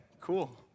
cool